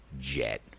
Jet